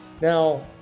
Now